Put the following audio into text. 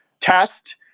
test